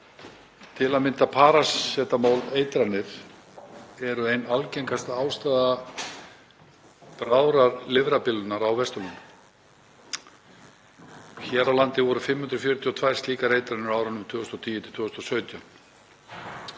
til að mynda parasetamóleitranir eru ein algengasta ástæða bráðrar lifrarbilunar á Vesturlöndum. Hér á landi voru 542 slíkar eitranir á árunum 2010–2017.